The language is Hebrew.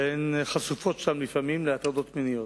והן חשופות שם לפעמים להטרדות מיניות.